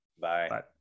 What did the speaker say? Bye